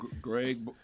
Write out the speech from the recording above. Greg